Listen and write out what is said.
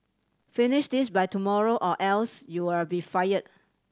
finish this by tomorrow or else you'll be fire